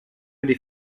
les